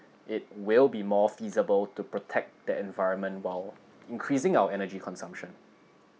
it will be more feasible to protect the environment while increasing our energy consumption